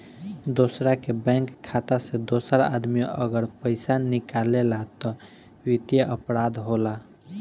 दोसरा के बैंक खाता से दोसर आदमी अगर पइसा निकालेला त वित्तीय अपराध होला